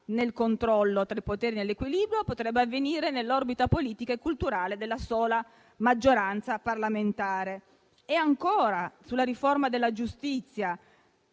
nel controllo tra i poteri e nell'equilibrio, potrebbe avvenire nell'orbita politica e culturale della sola maggioranza parlamentare. [**Presidenza del vice